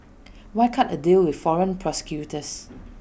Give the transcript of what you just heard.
why cut A deal with foreign prosecutors